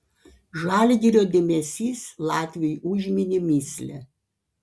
žalgirio dėmesys latviui užminė mįslę